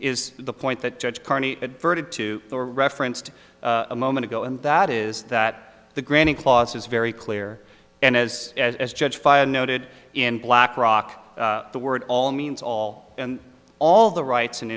is the point that judge carney adverted to a reference to a moment ago and that is that the granting clause is very clear and as as judge fire noted in blackrock the word all means all and all the rights and